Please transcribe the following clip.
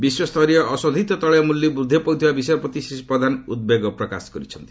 ବିଶ୍ୱସ୍ତରୀୟ ଅଶୋଧିତ ତୈଳ ମୂଲ୍ୟ ବୂଦ୍ଧି ପାଉଥିବା ବିଷୟ ପ୍ରତି ଶ୍ରୀ ପ୍ରଧାନ ଉଦ୍ବେଗ ପ୍ରକାଶ କରିଛନ୍ତି